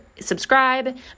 subscribe